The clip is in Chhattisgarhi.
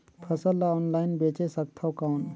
फसल ला ऑनलाइन बेचे सकथव कौन?